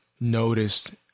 noticed